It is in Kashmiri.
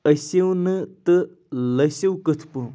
أسِو نہٕ تہٕ لٔسِو کِٔتھ پٲٹھۍ